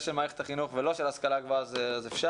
של מערכת החינוך ולא של השכלה גבוהה אז אפשר.